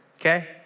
okay